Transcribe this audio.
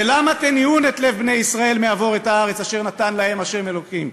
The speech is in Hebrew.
"ולמה תניאון את לב בני ישראל מעבֹר את הארץ אשר נתן להם ה'" אלוקים.